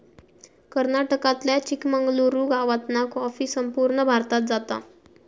कर्नाटकातल्या चिकमंगलूर गावातना कॉफी संपूर्ण भारतात जाता